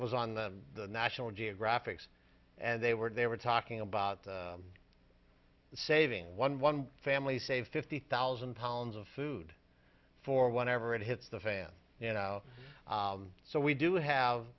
was on the national geographic's and they were they were talking about the saving one one family save fifty thousand pounds of food for whatever it hits the fan and so we do have